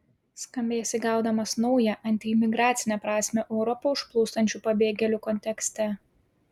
skambės įgaudamas naują antiimigracinę prasmę europą užplūstančių pabėgėlių kontekste